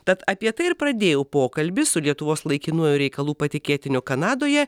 tad apie tai ir pradėjau pokalbį su lietuvos laikinuoju reikalų patikėtiniu kanadoje